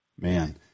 Man